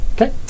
Okay